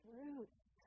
roots